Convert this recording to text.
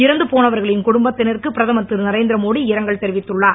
இறந்து போனவர்களின் குடும்பத்தினருக்கு பிரதமர் திருநரேந்திரமோடி இரங்கல் தெரிவித்துள்ளார்